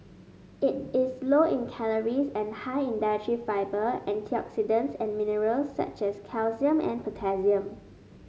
it is low in calories and high in dietary fibre antioxidants and minerals such as calcium and potassium